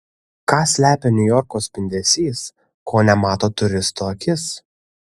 ką slepia niujorko spindesys ko nemato turisto akis